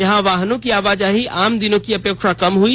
यहां वाहनों की आवाजाही आम दिनों की अपेक्षा कम हई